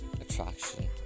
Attraction